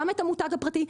גם את המותג הפרטי,